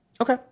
Okay